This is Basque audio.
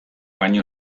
baino